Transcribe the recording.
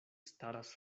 staras